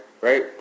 right